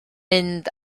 mynd